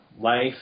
life